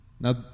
Now